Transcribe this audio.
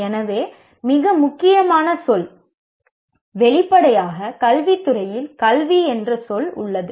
எனவே மிக முக்கியமான சொல் வெளிப்படையாக கல்வித் துறையில் கல்வி என்ற சொல் உள்ளது